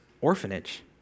orphanage